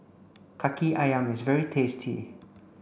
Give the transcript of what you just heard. Kaki Ayam is very tasty